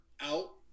out